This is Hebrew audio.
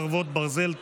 חרבות ברזל),